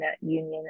union